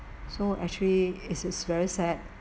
so actually it's is very sad